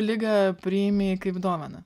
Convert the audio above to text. ligą priėmei kaip dovaną